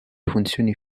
funzioni